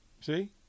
see